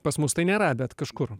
pas mus tai nėra bet kažkur